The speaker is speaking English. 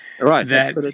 Right